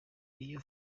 niyo